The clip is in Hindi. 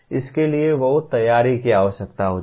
इसके लिए बहुत तैयारी की आवश्यकता होती है